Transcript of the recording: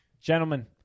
gentlemen